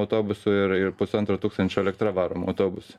autobusų ir ir pusantro tūkstančio elektra varomų autobusų